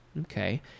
okay